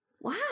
wow